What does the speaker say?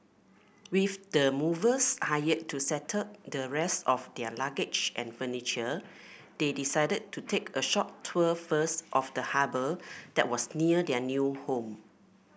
with the movers hired to settle the rest of their luggage and furniture they decided to take a short tour first of the harbour that was near their new home